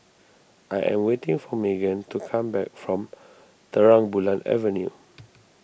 I am waiting for Magen to come back from Terang Bulan Avenue